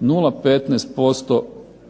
0,15%